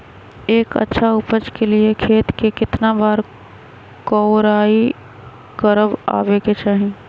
एक अच्छा उपज के लिए खेत के केतना बार कओराई करबआबे के चाहि?